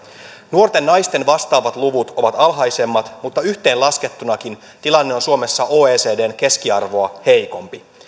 nuorten naisten vastaavat luvut ovat alhaisemmat mutta yhteenlaskettunakin tilanne on suomessa oecdn keskiarvoa heikompi